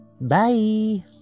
Bye